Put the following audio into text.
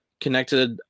connected